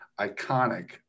iconic